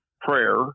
prayer